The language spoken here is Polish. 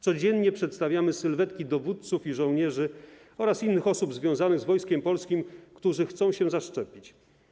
Codziennie przedstawiamy sylwetki dowódców i żołnierzy oraz innych osób związanych z Wojskiem Polskim, którzy chcą się zaszczepić.